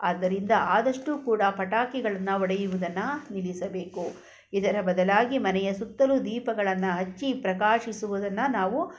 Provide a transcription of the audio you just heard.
ಆದ್ದರಿಂದ ಆದಷ್ಟು ಕೂಡ ಪಟಾಕಿಗಳನ್ನು ಹೊಡೆಯುವುದನ್ನ ನಿಲ್ಲಿಸಬೇಕು ಇದರ ಬದಲಾಗಿ ಮನೆಯ ಸುತ್ತಲೂ ದೀಪಗಳನ್ನು ಹಚ್ಚಿ ಪ್ರಕಾಶಿಸುವುದನ್ನು ನಾವು